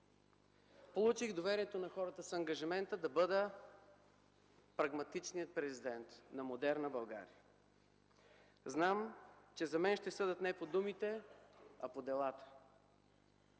Получих доверието на хората с ангажимента да бъда прагматичният президент на модерна България. Знам, че за мен ще съдят не по думите, а по делата.